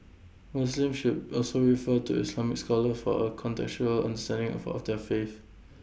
Muslims should also refer to Islamic scholars for A contextual understanding of of their faith